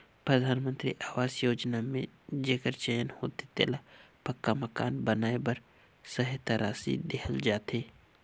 परधानमंतरी अवास योजना में जेकर चयन होथे तेला पक्का मकान बनाए बर सहेता रासि देहल जाथे